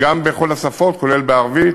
גם, בכל השפות, כולל בערבית,